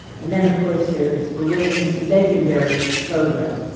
and then of course, there is the wing's legendary program,